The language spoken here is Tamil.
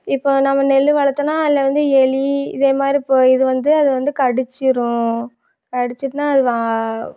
இப்போ நம்ம நெல் வளர்த்தோன்னா அதில் வந்து எலி இதேமாதிரி போ இது வந்து அது வந்து கடிச்சுரும் கடிச்சுட்னா அது வா